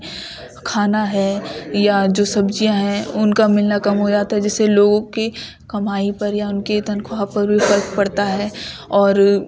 کھانا ہے یا جو سبزیاں ہیں ان کا ملنا کم ہو جاتا ہے جس سے لوگوں کی کمائی پر یا ان کی تنخواہ پر فرق پڑتا ہے اور